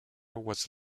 was